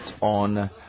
on